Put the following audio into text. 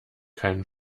keinen